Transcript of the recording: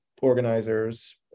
organizers